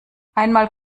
einmal